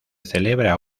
celebra